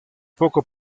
poco